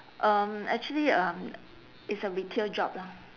um actually um it's a retail job lah